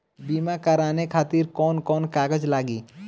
बीमा कराने खातिर कौन कौन कागज लागी?